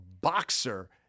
boxer